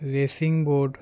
racing boat